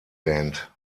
band